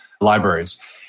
libraries